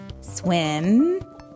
swim